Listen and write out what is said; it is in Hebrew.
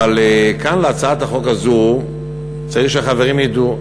אבל כאן, להצעת החוק הזאת, צריך שהחברים ידעו,